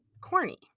corny